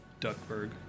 Duckburg